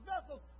vessels